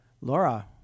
Laura